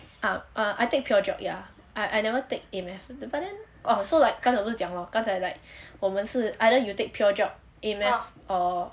uh ah I think pure geo ya I I never take A math but then orh so like 刚才我不是讲 lor 刚才 like 我们是 either you take pure geo A math or